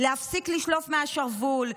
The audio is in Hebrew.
להפסיק לשלוף מהשרוול,